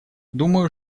думаю